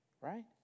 Right